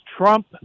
Trump